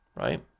right